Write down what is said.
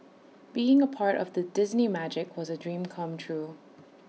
being A part of the Disney magic was A dream come true